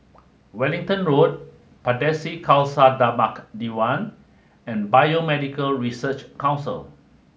Wellington Road Pardesi Khalsa Dharmak Diwan and Biomedical Research Council